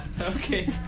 Okay